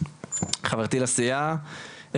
חברתי לסיעה,